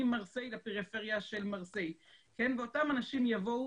ממרסי לפריפריה של מרסי ואותם אנשים יבואו